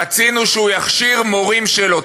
רצינו שהוא יכשיר מורים שלו.